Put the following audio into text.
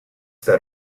that